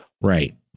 Right